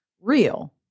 real